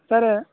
sir